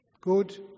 Good